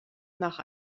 nach